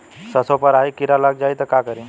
सरसो पर राही किरा लाग जाई त का करी?